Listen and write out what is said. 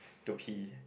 to pee